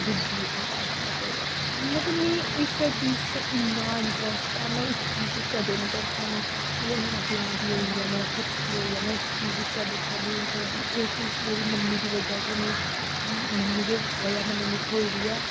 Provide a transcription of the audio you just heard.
दीदी आप ऐसा करो मतलब मीं इस्सै चीज च इन्ना इंटरस्ट ऐ में इस चीज गी कदें निं करी सकनी अगर मेरा ब्याह् बी होई गेआ मेरा कुछ बी होई गेआ में इस चीज गी कदें छड्डी निं सकदी एह् चीज मेरी मम्मी दी बजह च मीं मम्मी दी बजह कन्नै मिगी थ्होई दी ऐ